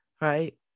Right